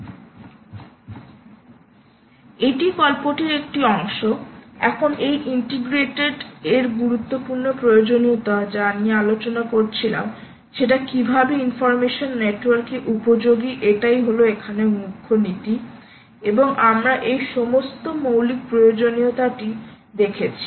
এটি গল্পটির একটি অংশ এখন এই ইন্টিগ্রেটেডএর গুরুত্বপূর্ণ প্রয়োজনীয়তা যা নিয়ে আলোচনা করছিলাম সেটা কীভাবে ইনফরমেশন নেটওয়ার্ক এ উপযোগী এটাই হলো এখানে মুখ্য নীতি এবং আমরা এই সমস্ত মৌলিক প্রয়োজনীয়তাটি রেখেছি